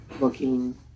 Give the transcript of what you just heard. looking